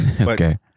Okay